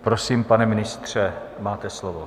Prosím, pane ministře, máte slovo.